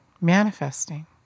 manifesting